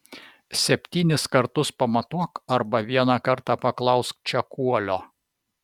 septynis kartus pamatuok arba vieną kartą paklausk čekuolio